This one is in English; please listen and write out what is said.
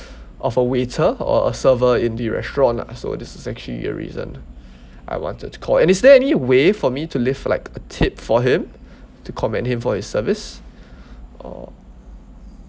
of a waiter or server in the restaurant lah so this is actually a reason I wanted to call and is there any way for me to leave like a tip for him to commend him for his service or